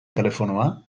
telefonoa